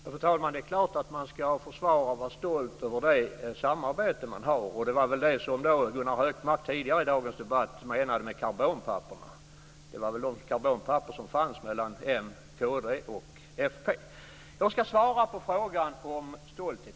Fru talman! Det är klart att man ska försvara och vara stolt över det samarbete man har. Det var väl det som Gunnar Hökmark tidigare i dagens debatt menade med karbonpapper - mellan m, kd och fp. Jag ska svara på frågan om stolthet.